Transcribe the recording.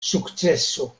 sukceso